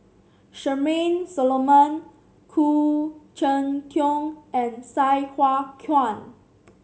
Charmaine Solomon Khoo Cheng Tiong and Sai Hua Kuan